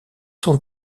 sont